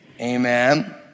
amen